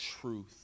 truth